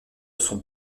son